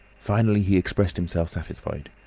finally he expressed himself satisfied.